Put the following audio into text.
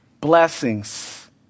blessings